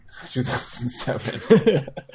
2007